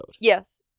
Yes